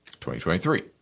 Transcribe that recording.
2023